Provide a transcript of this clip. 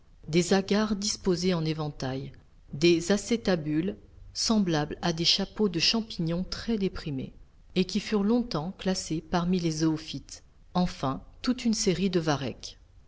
des agares disposées en éventails des acétabules semblables à des chapeaux de champignons très déprimés et qui furent longtemps classées parmi les zoophytes enfin toute une série de varechs